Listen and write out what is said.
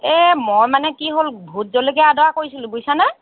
এই মই মানে কি হ'ল ভোট জলকীয়া এডৰা কৰিছিলোঁ বুজিছানে